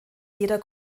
jeder